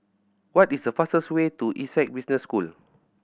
what is the fastest way to Essec Business School